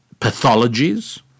pathologies